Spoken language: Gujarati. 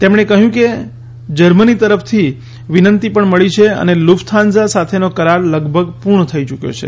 તેમણે કહ્યું અમને જર્મની તરફથી વિનંતી પણ મળી છે અને લુફથાન્સા સાથેનો કરાર લગભગ પૂર્ણ થઈ ચૂક્યો છે